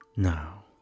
Now